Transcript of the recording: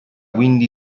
quindi